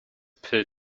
pill